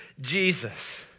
Jesus